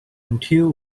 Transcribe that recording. until